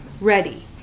ready